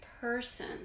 person